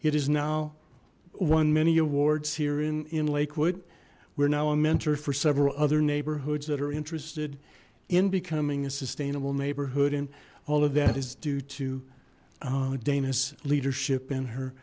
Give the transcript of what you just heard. it is now won many awards here in in lakewood we're now a mentor for several other neighborhoods that are interested in becoming a sustainable neighborhood and all of that is due to danis leadership and her